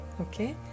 Okay